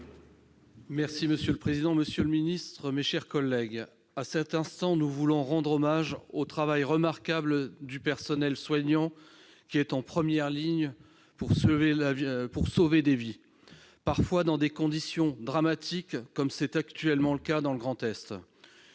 ministre, madame, messieurs les ministres, mes chers collègues, à cet instant, nous entendons rendre hommage au travail remarquable du personnel soignant qui est en première ligne pour sauver des vies, parfois dans des conditions dramatiques, comme actuellement dans le Grand Est.